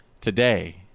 today